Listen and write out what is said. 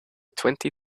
twenty